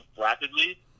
rapidly